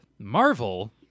Marvel